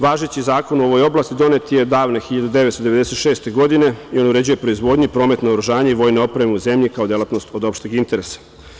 Važeći zakona o ovoj oblasti donet je davne 1996. godine i uređuje proizvodnju i promet naoružanja i vojne opreme u zemlji kao delatnost od opšteg interesa.